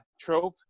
trope